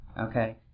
Okay